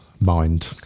mind